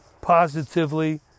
positively